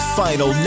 final